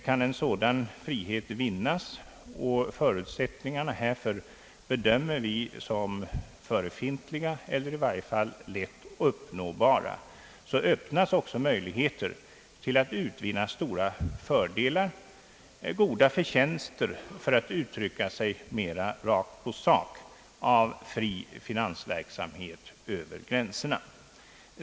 Kan en sådan frihet vinnas, och förutsättningarna härför bedömer vi som förefintliga eller i varje fall lätt uppnåbara, öppnas också möjligheter till att utvinna stora fördelar — goda förtjänster, för att uttrycka sig mera rakt på sak — av fri finansverksamhet över gränserna.